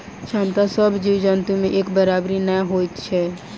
क्षमता सभ जीव जन्तु मे एक बराबरि नै होइत छै